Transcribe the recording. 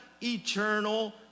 eternal